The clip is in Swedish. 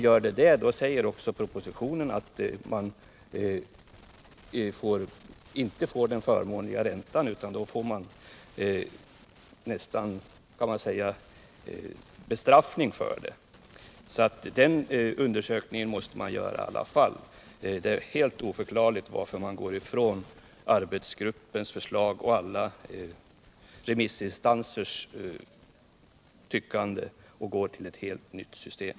Är det så säger också propositionen att man inte får den förmånliga räntan, utan då får man nästan bestraffning. Den undersökningen måste alltså göras i alla fall. Det är helt oförklarligt att man går ifrån arbetsgruppens förslag och alla remissinstansers åsikter och överväger ett helt nytt system.